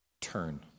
turn